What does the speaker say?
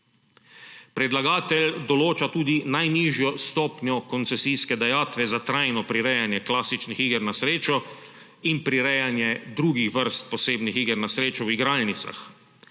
Predlagatelj določa tudi najnižjo stopnjo koncesijske dajatve za trajno prirejanje klasičnih iger na srečo in prirejanje drugih vrst posebnih iger na srečo v igralnicah,